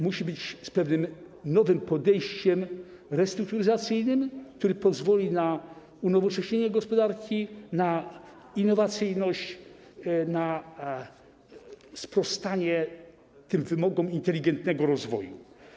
Musi być pewne nowe podejście restrukturyzacyjne, które pozwoli na unowocześnienie gospodarki, na innowacyjność, na sprostanie wymogom inteligentnego rozwoju.